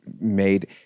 made